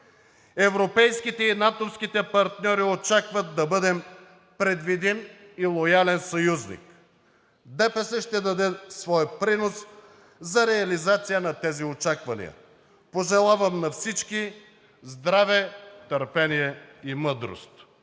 европейските и натовските партньори очакват да бъдем предвидим и лоялен съюзник. ДПС ще даде своя принос за реализация на тези очаквания. Пожелавам на всички здраве, търпение и мъдрост!